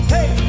Hey